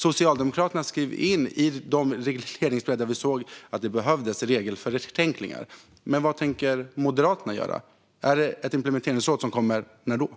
Socialdemokraterna skrev in detta i de regleringsbrev där vi såg att det behövdes regelförenklingar. Men vad tänker Moderaterna göra? Tänker ni införa ett implementeringsråd, och när kommer det?